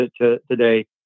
today